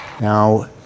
Now